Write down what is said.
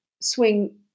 swing